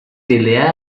delle